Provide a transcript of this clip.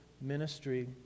ministry